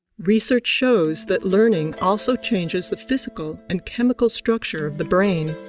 research shows that learning also changes the physical and chemical structure of the brain.